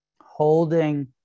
holding